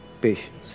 Patience